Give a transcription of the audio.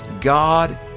God